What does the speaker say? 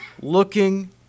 looking